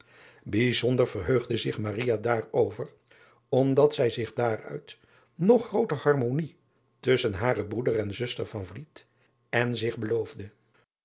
ijzonder verheugde zich daarover omdat zij zich daaruit nog grooter harmonie tusschen haren broeder en zuster en zich beloofde